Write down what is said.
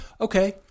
Okay